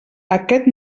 aquest